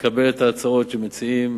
לקבל את ההצעות שמציעים,